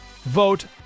vote